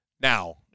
Now